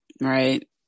Right